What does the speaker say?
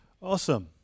Awesome